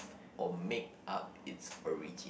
or make up it's origin